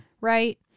Right